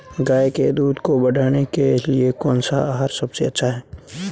गाय के दूध को बढ़ाने के लिए कौनसा आहार सबसे अच्छा है?